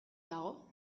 dago